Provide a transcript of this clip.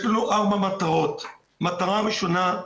יש לנו ארבע מטרות: מטרה ראשונה,